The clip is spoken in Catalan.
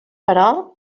però